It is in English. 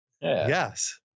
Yes